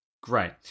Great